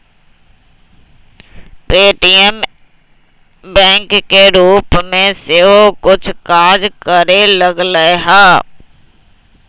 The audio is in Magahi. पे.टी.एम बैंक के रूप में सेहो कुछ काज करे लगलै ह